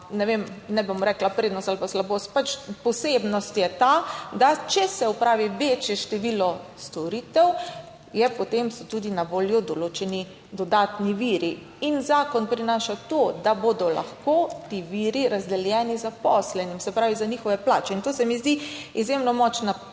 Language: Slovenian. ne bom rekla prednost ali pa slabost, pač posebnost je ta, **58. TRAK (VI) 13.55** (nadaljevanje) da če se opravi večje število storitev, potem so tudi na voljo določeni dodatni viri. In zakon prinaša to, da bodo lahko ti viri razdeljeni zaposlenim, se pravi za njihove plače. In to se mi zdi izjemno močna